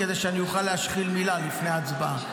כדי שאני אוכל להשחיל מילה לפני ההצבעה.